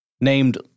named